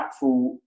impactful